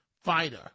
fighter